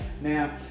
Now